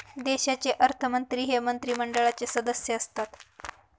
देशाचे अर्थमंत्री हे मंत्रिमंडळाचे सदस्य असतात